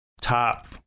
top